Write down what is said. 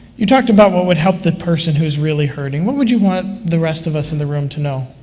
you talked about what would help the person who is really hurting. what would you want the rest of us in the room to know,